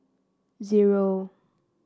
zero